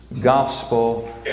gospel